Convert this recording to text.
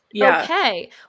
okay